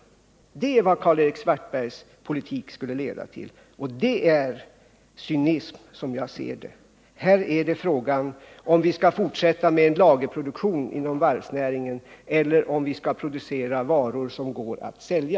Det är vad Karl-Erik Svartbergs politik skulle leda till, och det är cynism, som jag ser det. Här gäller frågan om vi skall fortsätta med en lagerproduktion inom varvsnäringen eller om vi i stället skall producera varor som går att sälja.